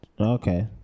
okay